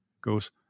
goes